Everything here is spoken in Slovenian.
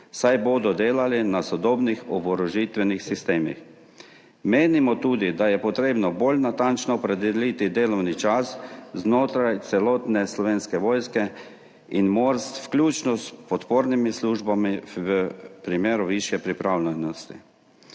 saj bodo delali na sodobnih oborožitvenih sistemih. Menimo tudi, da je potrebno bolj natančno opredeliti delovni čas znotraj celotne Slovenske vojske in MORS, vključno s podpornimi službami v primeru višje pripravljenosti.